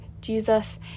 Jesus